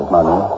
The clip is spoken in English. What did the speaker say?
Money